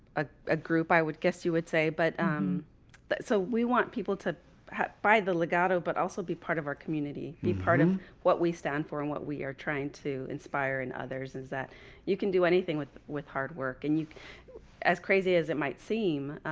ah ah group, i would guess you would say but um so we want people to buy the legato, but also be part of our community be part of what we stand for. and what we are trying to inspire in others is that you can do anything with with hard work and you as crazy as it might seem,